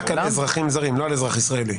רק על אזרחים זרים, לא על אזרח ישראלי.